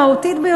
המהותית ביותר.